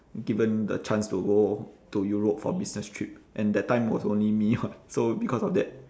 given the chance to go to europe for business trip and that time was only me [what] so because of that